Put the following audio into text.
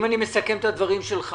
אם אני מסכם את הדברים שלך,